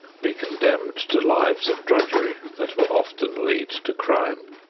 be condemned to lives of drudgery that will often lead to crime.